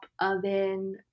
oven